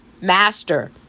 Master